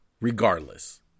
regardless